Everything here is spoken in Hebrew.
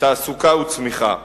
תעסוקה וצמיחה.